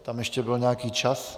Tam ještě byl nějaký čas...